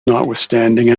notwithstanding